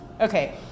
Okay